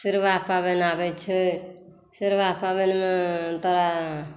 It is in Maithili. सिरुआ पाबनि आबै छै सिरुआ पाबनि मे तोरा